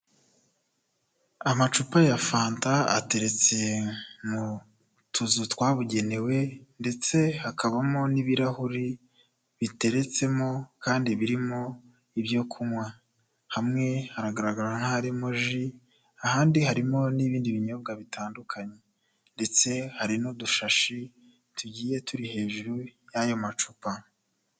Amacupa ya fanta ateretse mu tuzu twabugenewe, ndetse hakabamo n'ibirahuri biteretsemo kandi birimo ibyo kunywa, hamwe hagaragara nk'aharimo ji, ahandi harimo n'ibindi binyobwa bitandukanye, ndetse hari n'udushashi tugiye turi hejuru y'ayo macupa.